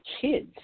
kids